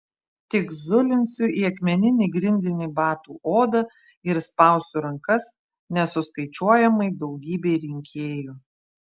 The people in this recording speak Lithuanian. tik zulinsiu į akmeninį grindinį batų odą ir spausiu rankas nesuskaičiuojamai daugybei rinkėjų